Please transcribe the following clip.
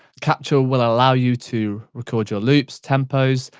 capture will allow you to record your loops, tempos,